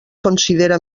considera